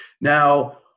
Now